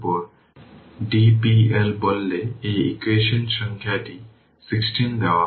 তাই সিঙ্গুলারিটি ফাংশনকে সুইচিং ফাংশনও বলা হয়